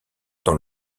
dans